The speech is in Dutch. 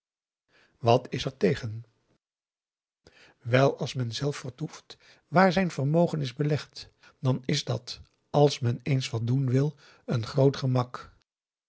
wat is er tegen wel als men zelf vertoeft waar zijn vermogen is belegd dan is dat als men eens wat doen wil een groot gemak